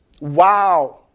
Wow